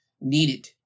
needed